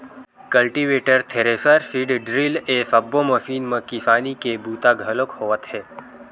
cultivator, thresher, seed drill ए सब्बो मसीन म किसानी के बूता घलोक होवत हे